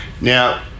Now